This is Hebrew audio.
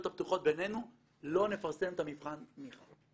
הפתוחות בינינו לא נפרסם את מבחן התמיכה.